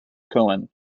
cohen